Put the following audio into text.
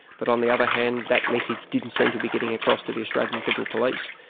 but on the other hand that message didn't seem to be getting across to the australian federal police.